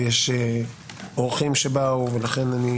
ויש אורחים שבאו, ולכן אני